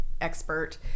expert